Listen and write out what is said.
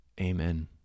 Amen